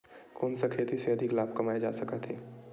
कोन सा खेती से अधिक लाभ कमाय जा सकत हे?